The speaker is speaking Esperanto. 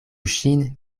ŝin